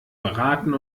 beraten